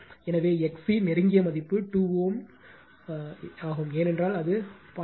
எனவே XC நெருங்கிய மதிப்பு 2 Ω is ஆகும் ஏனென்றால் அது 0